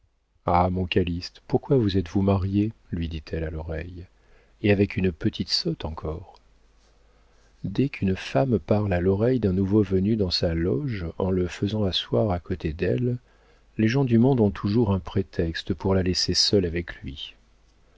ah mon calyste pourquoi vous êtes-vous marié lui dit-elle à l'oreille et avec une petite sotte encore dès qu'une femme parle à l'oreille d'un nouveau venu dans sa loge en le faisant asseoir à côté d'elle les gens du monde ont toujours un prétexte pour la laisser seule avec lui